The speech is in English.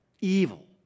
evil